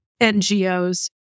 NGOs